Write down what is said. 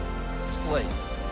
place